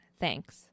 Thanks